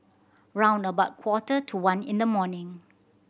round about quarter to one in the morning